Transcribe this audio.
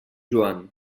joan